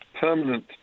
permanent